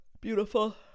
beautiful